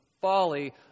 Folly